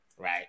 Right